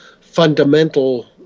fundamental